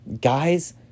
guys